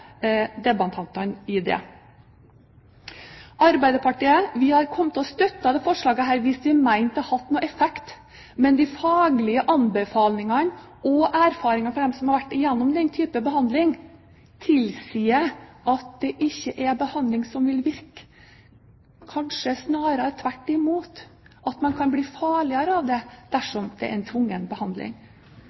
i det. Arbeiderpartiet hadde kommet til å støtte dette forslaget hvis vi mente det hadde hatt noen effekt. Men de faglige anbefalingene og erfaringene til dem som har vært igjennom den type behandling, tilsier at det ikke er behandling som vil virke – kanskje snarere tvert imot: Man kan bli farligere dersom det er tvungen behandling.